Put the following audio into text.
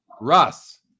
russ